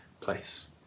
place